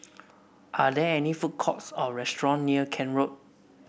are there food courts or restaurants near Kent Road